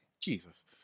Jesus